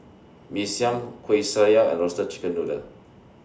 Mee Siam Kuih Syara and Roasted Chicken Noodle